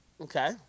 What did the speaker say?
Okay